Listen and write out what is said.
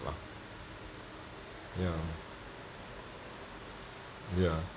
lah ya ya